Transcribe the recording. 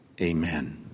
amen